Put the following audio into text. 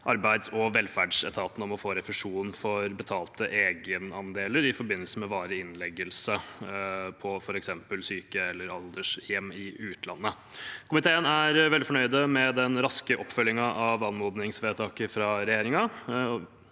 arbeids- og velferdsetaten om å få refusjon for betalte egenandeler i forbindelse med varig innleggelse på f.eks. syke- eller aldershjem i utlandet. Komiteen er veldig fornøyd med den raske oppfølgingen av anmodningsvedtaket fra regjeringen.